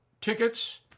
tickets